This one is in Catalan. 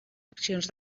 accions